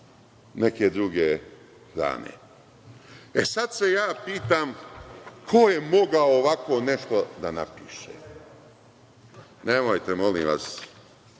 neke druge hrane. Sada je sa pitam ko je mogao ovako nešto da napiše. Nemojte, molim vas,